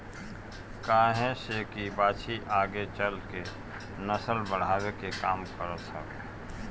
काहे से की बाछी आगे चल के नसल बढ़ावे के काम करत हवे